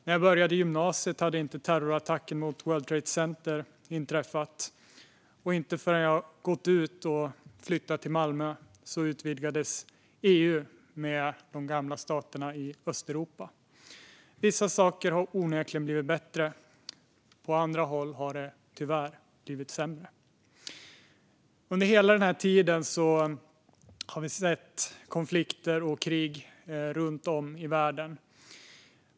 När jag började gymnasiet hade inte terrorattacken mot World Trade Center inträffat, och inte förrän jag hade gått ut och flyttat till Malmö utvidgades EU med de gamla staterna i Östeuropa. Vissa saker har onekligen blivit bättre. På andra håll har det tyvärr blivit sämre. Under hela den här tiden har vi sett konflikter och krig runt om i världen.